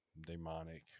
demonic